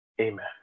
Amen